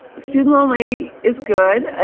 student loan lady is good.